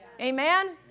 Amen